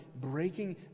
breaking